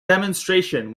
demonstration